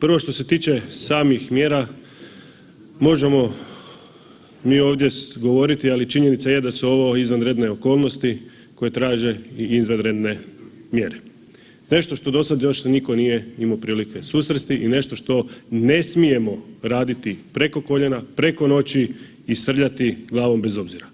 Prvo što se tiče samih mjera možemo mi ovdje govoriti, ali činjenica je da su ovo izvanredne okolnosti koje traže i izvanredne mjere, nešto što dosad još nitko nije imao prilike se susresti i nešto što ne smijemo raditi preko koljena, preko noći i srljati glavom bez obzira